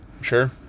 Sure